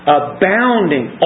abounding